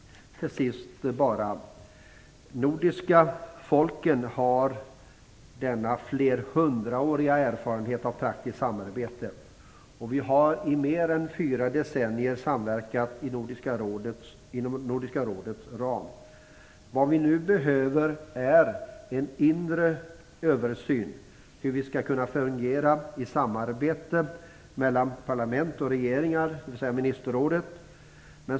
De nordiska folken har denna flerhundraåriga erfarenhet av praktiskt samarbete. Vi har i mer än fyra decennier samverkat inom Nordiska rådets ram. Vad vi nu behöver är en inre översyn av hur vi skall kunna fungera i samarbete mellan parlament och regeringar, dvs. ministerrådet.